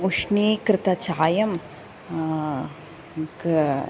उष्णीकृतचायं क